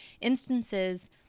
instances